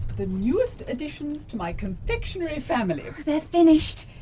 the newest additions to my confectionary family! they're finished!